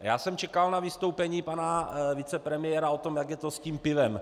Já jsem čekal na vystoupení pana vicepremiéra o tom, jak je to s tím pivem.